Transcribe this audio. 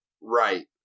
Right